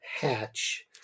hatch